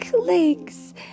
legs